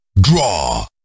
Draw